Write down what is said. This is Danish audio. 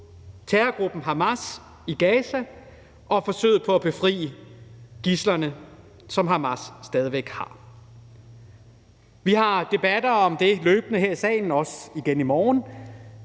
terrorgruppen Hamas i Gaza og forsøget på at befri gidslerne, som Hamas stadig væk har. Vi har debatter om det løbende her i salen, også igen i morgen,